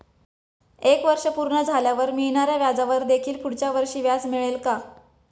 एक वर्ष पूर्ण झाल्यावर मिळणाऱ्या व्याजावर देखील पुढच्या वर्षी व्याज मिळेल का?